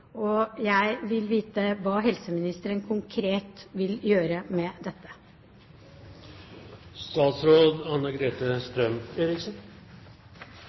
og jeg vil vite hva helseministeren konkret vil gjøre med